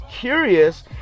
curious